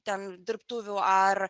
ten dirbtuvių ar